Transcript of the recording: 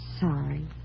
sorry